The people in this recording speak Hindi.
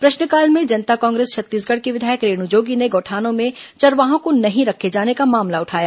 प्रश्नकाल में जनता कांग्रेस छत्तीसगढ़ की विधायक रेणु जोगी ने गौठानों में चरवाहों को नहीं रखे जाने का मामला उठाया